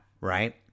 right